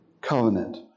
covenant